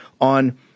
on